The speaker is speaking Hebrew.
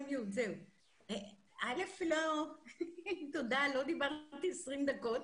לא דיברתי 20 דקות.